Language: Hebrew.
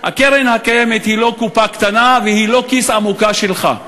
קרן קיימת היא לא קופה קטנה והיא לא כיס עמוק שלך.